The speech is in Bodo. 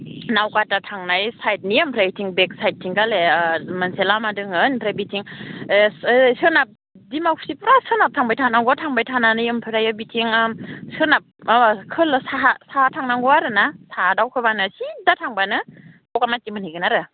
नावकाटा थांनाय साइडनि ओमफ्राय बेथिं बेकसाइडथिं मोनसे लामा दङ ओमफ्राय बेथिं इसे सोनाब डिमाकुसि फुरा सोनाब थांबाय थानांगौ थांबाय थानानै ओमफ्राय बिथिं सोनाब अ साहा थांनांगौ आरोना साहा दावखोबानो सिद्दा थांबानो बगामाति मोनहैगोन आरो